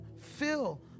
fill